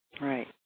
Right